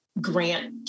grant